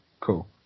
cool